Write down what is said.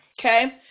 Okay